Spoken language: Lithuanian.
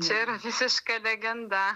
čia yra visiška legenda